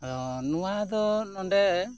ᱟᱫᱚ ᱱᱚᱣᱟ ᱫᱚ ᱱᱚᱸᱰᱮ